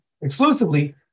exclusively